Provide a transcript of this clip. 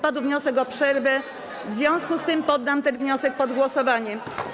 Padł wniosek o przerwę, w związku z tym poddam ten wniosek pod głosowanie.